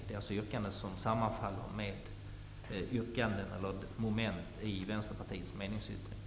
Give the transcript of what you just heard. Detta yrkande sammanfaller alltså med motsvarande moment i